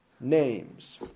names